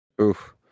Oof